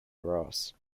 ross